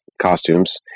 costumes